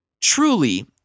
truly